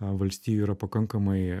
valstijų yra pakankamai